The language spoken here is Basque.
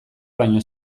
baino